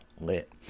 Lit